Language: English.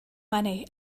money